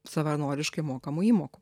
savanoriškai mokamų įmokų